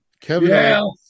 Kevin